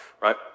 right